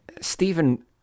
Stephen